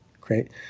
Great